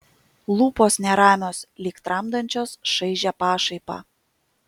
lūpos neramios lyg tramdančios šaižią pašaipą